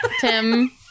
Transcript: Tim